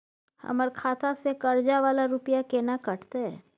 हमर खाता से कर्जा वाला रुपिया केना कटते?